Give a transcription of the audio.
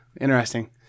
Interesting